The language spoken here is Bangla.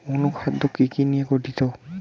অনুখাদ্য কি কি নিয়ে গঠিত?